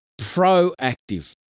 proactive